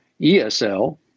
ESL